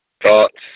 thoughts